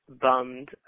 bummed